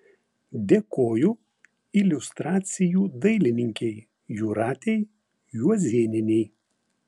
dėkoju iliustracijų dailininkei jūratei juozėnienei